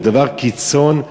ודבר קיצון,